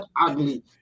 ugly